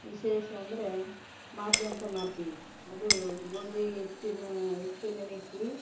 ವಿಶೇಷ ಅಂದರೆ ಮಾದಲಿ ಅಂತ ಮಾಡ್ತೀವಿ ಅದು ಗೋಧಿ ಹಿಟ್ಟಿನ ಹಿಟ್ಟು ನೆನೆಕ್ಕಿ